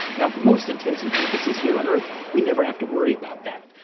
now, for most intensive purposes here on earth, we never have to worry about that.